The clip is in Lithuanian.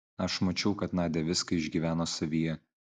aš mačiau kad nadia viską išgyveno savyje